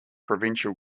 provincial